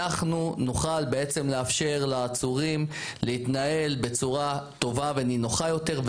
אנחנו נוכל לאפשר לעצורים להתנהל בצורה טובה ונינוחה יותר.